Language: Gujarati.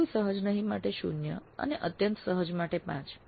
બિલકુલ સહજ નહિ 0 થી અત્યંત સહજ 5